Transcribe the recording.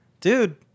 dude